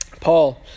Paul